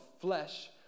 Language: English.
flesh